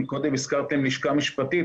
אם קודם הזכרתם לשכה משפטית,